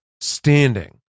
standing